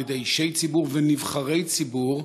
על-ידי אישי ציבור ונבחרי ציבור,